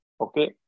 okay